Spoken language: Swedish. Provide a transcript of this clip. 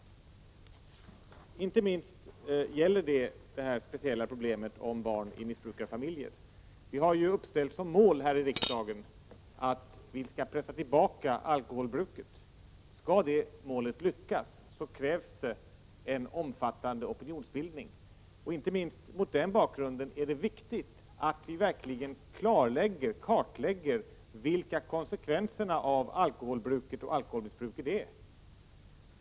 Inte minst gäller detta för det här speciella problemet — barn i missbrukarfamiljer. Vi har ju uppställt som mål här i riksdagen att vi skall pressa tillbaka alkoholbruket. Skall det lyckas, så krävs det en omfattande opinionsbildning. Särskilt mot den bakgrunden är det viktigt att vi verkligen kartlägger vilka konsekvenserna av alkoholbruket och alkoholmissbruket är.